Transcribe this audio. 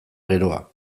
geroa